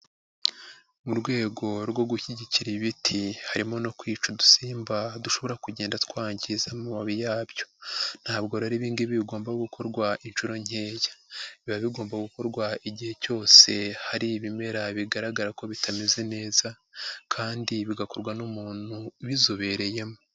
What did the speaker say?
Mu rwego rwo gushyigikira ibiti, harimo no kwica udusimba dushobora kugenda twangiza amababi yabyo, ntabwo rero ibi ngibi bigomba gukorwa inshuro nkeya, biba bigomba gukorwa igihe cyose hari ibimera bigaragara ko bitameze neza kandi bigakorwa n'umuntu ubizobereyemo.